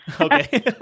Okay